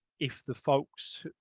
if the folks,